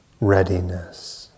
readiness